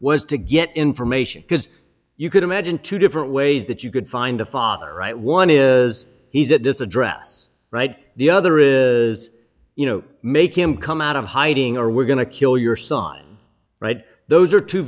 was to get information because you could imagine two different ways that you could find a father right one is he's at this address right the other is you know make him come out of hiding or we're going to kill your son right those are two